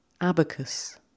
Abacus